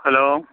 hello